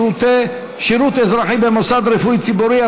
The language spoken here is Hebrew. שירות אזרחי במוסד רפואי ציבורי),